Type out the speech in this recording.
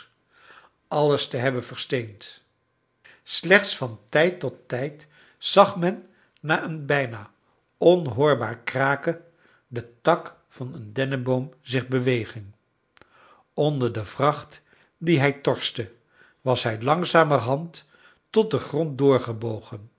alles te hebben versteend slechts van tijd tot tijd zag men na een bijna onhoorbaar kraken den tak van een denneboom zich bewegen onder de vracht die hij torste was hij langzamerhand tot den grond doorgebogen